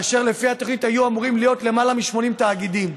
ולפי התוכנית היו אמורים להיות למעלה מ-80 תאגידים.